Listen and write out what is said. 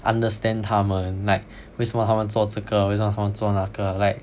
understand 他们 like 为什么他们做这个为什么做那个 like